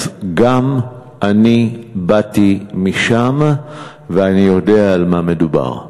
אז גם אני באתי משם ואני יודע על מה מדובר,